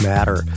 Matter